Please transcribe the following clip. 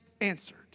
answered